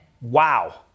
Wow